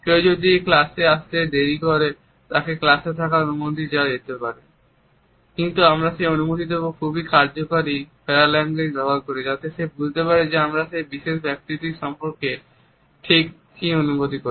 কিন্তু আমরা সেই অনুমতি দেব খুবই কার্যকরী প্যারা ল্যাঙ্গুয়েজ ব্যবহার করে যাতে সে বুঝতে পারে আমরা সেই বিশেষ ব্যক্তির সম্পর্কে ঠিক কী অনুভব করি